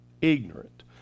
ignorant